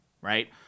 right